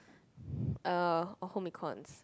uh or home-econs